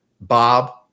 Bob